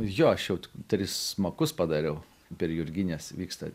jo aš jau tris smakus padariau per jurgines vyksta